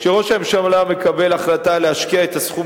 כשראש הממשלה מקבל החלטה להשקיע את הסכום